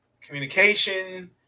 communication